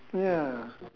ya